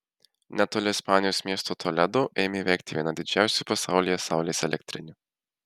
netoli ispanijos miesto toledo ėmė veikti viena didžiausių pasaulyje saulės elektrinių